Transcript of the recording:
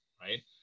right